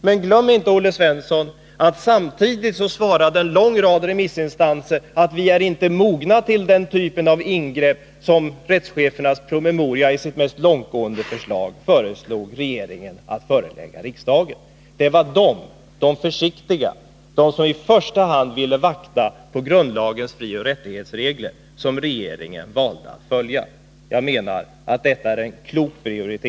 Men glöm inte, Olle Svensson, att samtidigt svarade en lång rad remissinstanser att vi inte är mogna för den typ av ingrepp som rättscheferna i de mest långtgående delarna av sin promemoria menade att regeringen kunde föreslå riksdagen. Det var dem — de försiktiga, de som i första hand ville vakta på grundlagens frioch rättighetsregler — som regeringen valde att följa. Jag menar att detta är en klok prioritering.